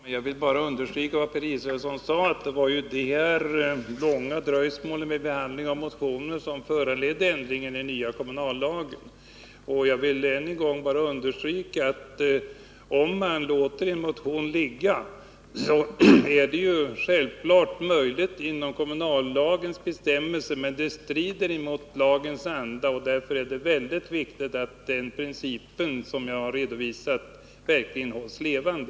Fru talman! Jag vill bara understryka vad Per Israelsson sade — det var de här långa dröjsmålen med behandlingen av motioner som föranledde ändringen i den nya kommunallagen. Jag vill också än en gång understryka att det självfallet är möjligt att inom kommunallagens bestämmelser låta en motion ligga men att det strider mot lagens anda. Därför är det mycket viktigt att den princip som jag redovisat verkligen hålls levande.